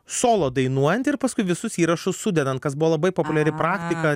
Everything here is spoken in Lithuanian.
solo dainuojant ir paskui visus įrašus sudedant kas buvo labai populiari praktika